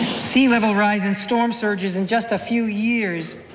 sea level rise and storm surges, in just a few years,